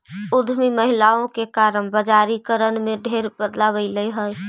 उद्यमी महिलाओं के कारण बजारिकरण में ढेर बदलाव अयलई हे